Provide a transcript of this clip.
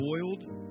boiled